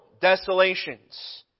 desolations